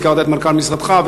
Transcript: הזכרת את מנכ"ל משרדך,